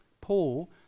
Paul